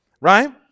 right